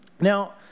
Now